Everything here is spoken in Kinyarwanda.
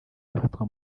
bafatwa